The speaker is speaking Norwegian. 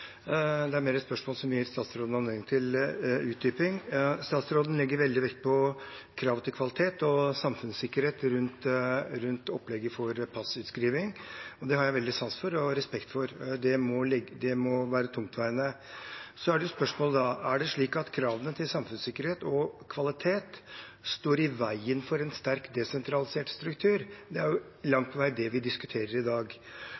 Det er mer et spørsmål som gir statsråden anledning til en utdyping. Statsråden legger veldig vekt på kravene til kvalitet og samfunnssikkerhet rundt opplegget for passutskriving, og det har jeg veldig sans for og respekt for. Det må være tungtveiende. Så er spørsmålet: Er det slik at kravene til samfunnssikkerhet og kvalitet står i veien for en sterkt desentralisert struktur? Det er langt på vei det vi diskuterer i dag.